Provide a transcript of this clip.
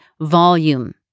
volume